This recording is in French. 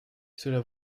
cela